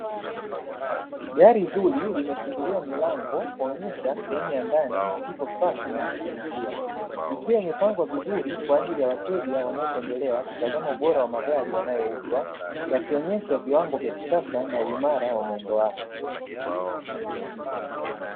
Gari zuri limefunguliwa milango kuonesha sehemu ya ndani ilivyosafi na ya kuvutia. Ikiwa imepangwa vizuri kwaajili ya wateja wanaotembelea kutazama ubora wa magari yanayouzwa, yakionesha viwango vya kisasa na uimara wa muundo wake.